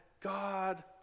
God